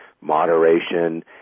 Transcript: moderation